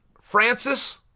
Francis